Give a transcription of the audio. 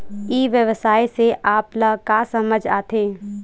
ई व्यवसाय से आप ल का समझ आथे?